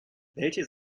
welche